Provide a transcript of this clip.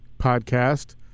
podcast